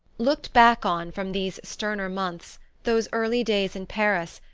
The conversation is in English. looked back on from these sterner months those early days in paris,